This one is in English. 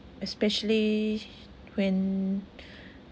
especially when